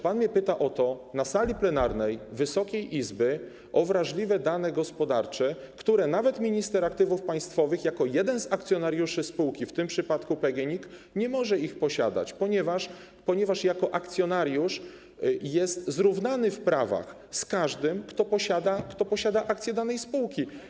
Pan mnie pyta na sali plenarnej Wysokiej Izby o wrażliwe dane gospodarcze, których nawet minister aktywów państwowych jako jeden z akcjonariuszy spółki, w tym przypadku PGNiG, nie może posiadać, ponieważ jako akcjonariusz jest zrównany w prawach z każdym, kto posiada akcje danej spółki.